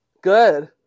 Good